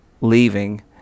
leaving